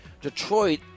Detroit